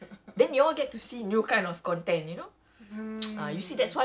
ya to what jurong island ya